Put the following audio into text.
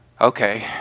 okay